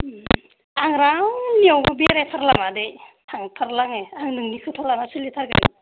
आं रावनियावबो बेरायथारला मादै थांथारला आंयो आं नोंनि खोथा लानानै सोलिथारगोन